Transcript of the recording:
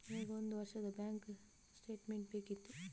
ನನಗೆ ಒಂದು ವರ್ಷದ ಬ್ಯಾಂಕ್ ಸ್ಟೇಟ್ಮೆಂಟ್ ಬೇಕಿತ್ತು